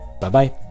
Bye-bye